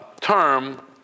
term